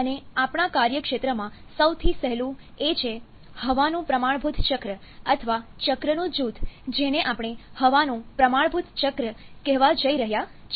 અને આપણા કાર્યક્ષેત્રમાં સૌથી પહેલું એ છે હવાનું પ્રમાણભૂત ચક્ર અથવા ચક્રનું જૂથ જેને આપણે હવાનું પ્રમાણભૂત ચક્ર કહેવા જઈ રહ્યા છીએ